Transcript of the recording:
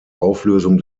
auflösung